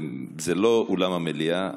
זה לא אולם המליאה.